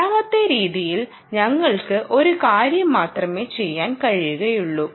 രണ്ടാമത്തെ രീതിയിൽ ഞങ്ങൾക്ക് ഒരു കാര്യം മാത്രമെ ചെയ്യാൻ കഴിയുകയുള്ളു